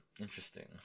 interesting